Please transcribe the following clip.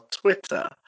Twitter